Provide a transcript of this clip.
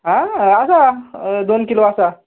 आ आसा दोन किलो आसा